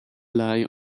lie